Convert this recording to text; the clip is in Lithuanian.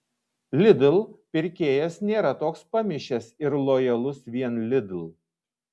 lidl pirkėjas nėra toks pamišęs ir lojalus vien lidl